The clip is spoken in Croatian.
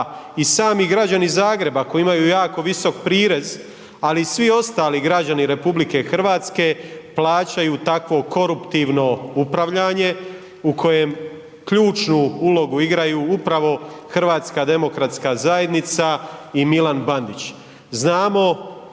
i sami građani Zagreba koji imaju jako visok prirez, ali i svi ostali građani RH plaćaju takvo koruptivno upravljanje u kojem ključnu ulogu igraju upravo HDZ i Milan Bandić.